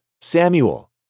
Samuel